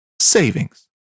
savings